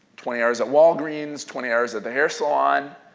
twenty hours at walgreens, twenty hours at the hair salon,